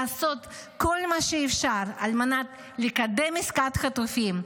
לעשות כל מה שאפשר על מנת לקדם עסקת חטופים,